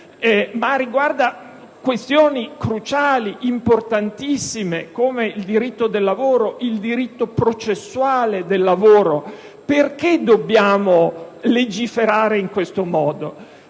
anche quelle cruciali e rilevantissime, come il diritto del lavoro ed il diritto processuale del lavoro, perché dobbiamo legiferare in questo modo?